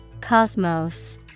Cosmos